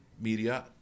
media